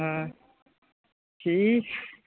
हय शी